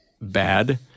bad